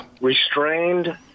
restrained